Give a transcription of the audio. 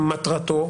מטרתו?